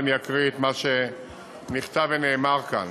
ואני אקריא את מה שנכתב ונאמר כאן.